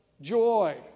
joy